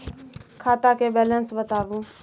खाता के बैलेंस बताबू?